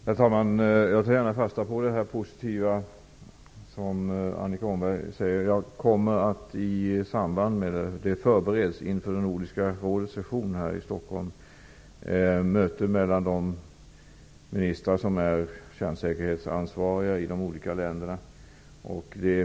Herr talman! Jag tar gärna fasta på det positiva som Annika Åhnberg säger. I samband med förberedelserna inför Nordiska rådets session här i Stockholm kommer vi att ha ett möte mellan de ministrar som är kärnsäkerhetsansvariga i de olika länderna.